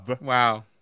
Wow